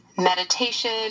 Meditation